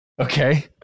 Okay